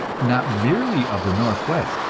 not merely of the northwest,